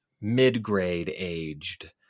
mid-grade-aged